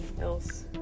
else